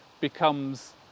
becomes